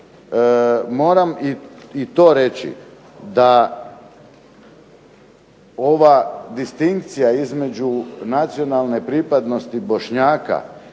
moram i to reći da ova distinkcija između nacionalne pripadnosti Bošnjaka